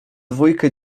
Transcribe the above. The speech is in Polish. dwójkę